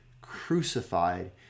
crucified